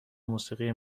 موسیقی